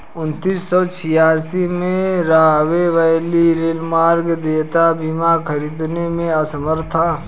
उन्नीस सौ छियासी में, राहवे वैली रेलमार्ग देयता बीमा खरीदने में असमर्थ था